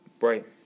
Right